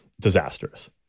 disastrous